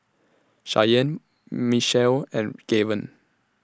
Shyanne Mechelle and Gaven